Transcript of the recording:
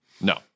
No